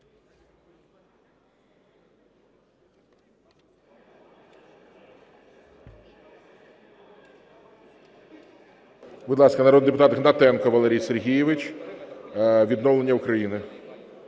Будь ласка, народний депутат Гнатенко Валерій Сергійович, "Відновлення України".